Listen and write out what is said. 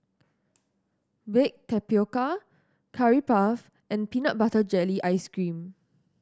baked tapioca Curry Puff and peanut butter jelly ice cream